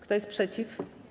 Kto jest przeciw?